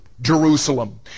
Jerusalem